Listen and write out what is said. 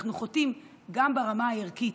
אנחנו חוטאים גם ברמה הערכית,